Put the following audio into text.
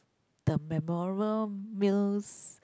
the memorable meals